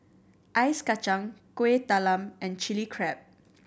Ice Kachang Kuih Talam and Chilli Crab